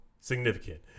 significant